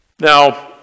Now